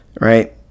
Right